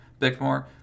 Bickmore